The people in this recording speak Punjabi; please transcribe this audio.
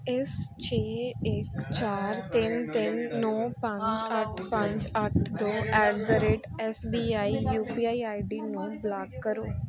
ਇਸ ਛੇ ਇੱਕ ਚਾਰ ਤਿੰਨ ਤਿੰਨ ਨੌ ਪੰਜ ਅੱਠ ਪੰਜ ਅੱਠ ਦੋ at the rate S B I U P I I D ਨੂੰ ਬਲਾਕ ਕਰੋ